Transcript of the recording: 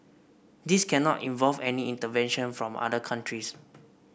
this cannot involve any intervention from other countries